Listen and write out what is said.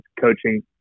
coaching